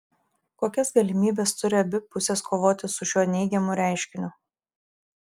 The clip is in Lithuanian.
kokias galimybes turi abi pusės kovoti su šiuo neigiamu reiškiniu